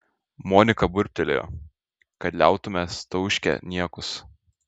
monika burbtelėjo kad liautumės tauškę niekus